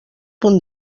punt